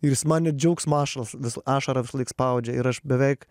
ir jis man net džiaugsmo ašaros vis ašarą visąlaik spaudžia ir aš beveik